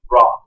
Raw